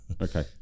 okay